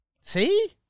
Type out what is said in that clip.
See